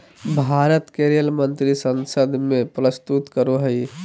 भारत के रेल मंत्री संसद में प्रस्तुत करो हइ